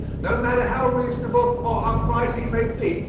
no matter how reasonable or upright he may be,